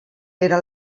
era